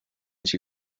she